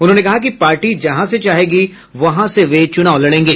उन्होंने कहा कि पार्टी जहां से चाहेगी वहां से वे चुनाव लड़ेंगे